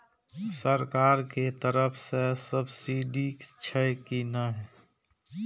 सरकार के तरफ से सब्सीडी छै कि नहिं?